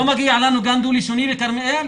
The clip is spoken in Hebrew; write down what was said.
לא מגיע לנו גם דו-לשוני בכרמיאל?